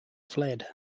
fled